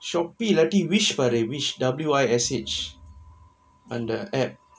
Shopee இல்லாட்டி:illaati wish பாரு:paaru wish W I S H அந்த:antha applicattion